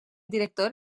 director